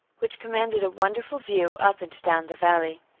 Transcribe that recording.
which commanded a wonderful view up and down the valley.